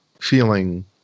feeling